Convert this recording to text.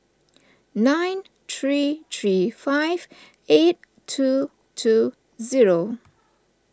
nine three three five eight two two zero